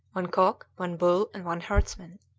one cock, one bull, and one herdsman.